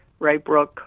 Raybrook